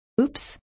Oops